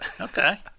Okay